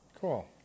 Cool